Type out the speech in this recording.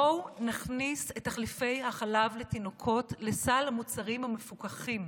בואו נכניס את תחליפי החלב לתינוקות לסל המוצרים המפוקחים.